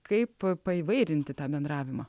kaip paįvairinti tą bendravimą